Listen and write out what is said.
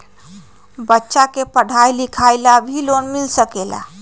बच्चा के पढ़ाई लिखाई ला भी लोन मिल सकेला?